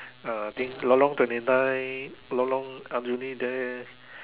uh think Lorong twenty nine Lorong Aljunied there